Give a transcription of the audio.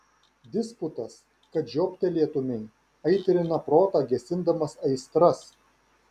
disputas kad žioptelėtumei aitrina protą gesindamas aistras